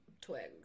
twigs